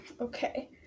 okay